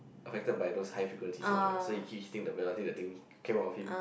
affected by those high frequency sounds right so he keep hitting the bells right until the thing came out of him